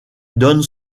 donne